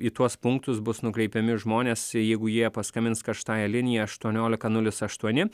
į tuos punktus bus nukreipiami žmonės jeigu jie paskambins karštąja linija aštuoniolika nulis aštuoni